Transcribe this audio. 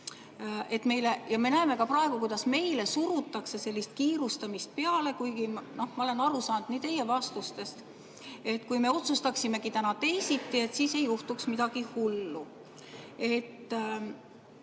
ja me näeme ka praegu, kuidas meile surutakse kiirustamist peale, kuigi ma olen aru saanud teie vastustest, et isegi kui me otsustaksimegi täna teisiti, ei juhtuks midagi hullu.